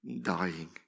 dying